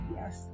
Yes